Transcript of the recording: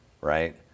right